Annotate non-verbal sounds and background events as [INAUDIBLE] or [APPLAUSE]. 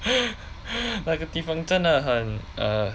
[LAUGHS] err 那个地方真的很 err